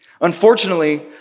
Unfortunately